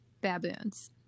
baboons